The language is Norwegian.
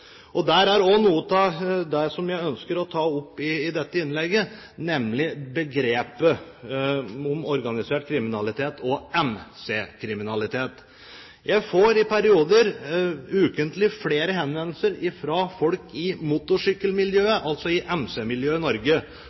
Der er også noe av det som jeg ønsker å ta opp i dette innlegget, nemlig begrepene «organisert kriminalitet» og «MC-kriminalitet». Jeg får i perioder ukentlig flere henvendelser fra folk i motorsykkelmiljøet, altså i MC-miljøet i Norge,